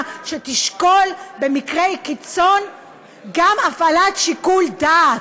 שתשקול במקרי קיצון גם הפעלת שיקול דעת.